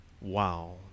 Wow